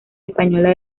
española